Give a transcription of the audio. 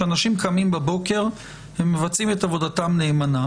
שאנשים קמים בבוקר ומבצעים את עבודתם נאמנה,